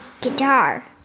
guitar